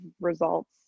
results